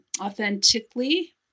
authentically